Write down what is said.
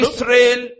Israel